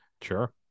sure